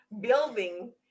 building